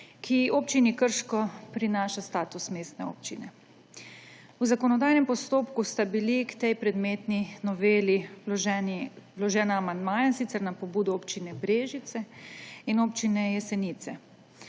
ki Občini Krško prinaša status mestne občine. V zakonodajnem postopku sta bila k tej predmetni noveli vložena amandmaja, in sicer na pobudo Občine Brežice in Občine Jesenice,